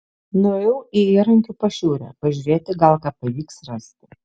nuėjau į įrankių pašiūrę pažiūrėti gal ką pavyks rasti